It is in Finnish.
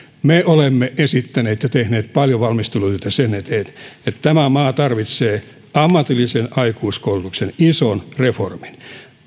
me olemme esittäneet ja minkä eteen olemme tehneet paljon valmisteluita tämä maa tarvitsee ammatillisen aikuiskoulutuksen ison reformin se